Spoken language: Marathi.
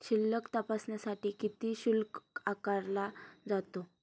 शिल्लक तपासण्यासाठी किती शुल्क आकारला जातो?